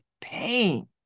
pain